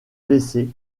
blessé